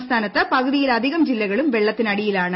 സംസ്ഥാനത്ത് പകുതിയിലധികം ജില്ലകളും വെള്ളത്തിനടിയിലാണ്